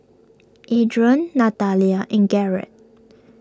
Adrain Natalia in Garrett